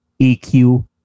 EQ